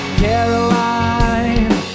caroline